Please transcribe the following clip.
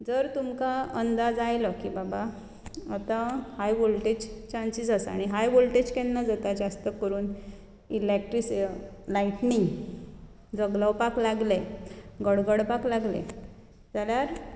जर तमकां अंदाज आयलो की बाबा आतां हाय वोल्टॅज चान्सीस आसात आनी हाय वोल्टॅज केन्ना जाता जास्त करून इलॅक्ट्रीस लायटनींग जगलोवपाक लागलें गडगडपाक लागलें जाल्यार